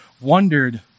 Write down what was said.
wondered